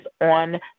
on